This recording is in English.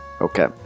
Okay